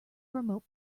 remote